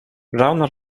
brown